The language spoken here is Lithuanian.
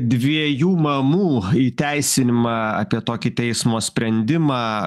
dviejų mamų įteisinimą apie tokį teismo sprendimą